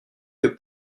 que